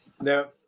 Now